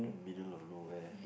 middle of nowhere